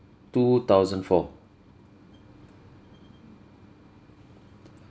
two thousand four